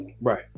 Right